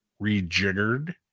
rejiggered